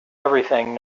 everything